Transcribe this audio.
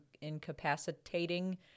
incapacitating